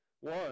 One